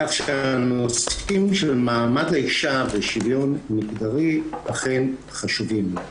כך שהנושאים של מעמד האישה ושוויון מגדרי אכן חשובים לנו.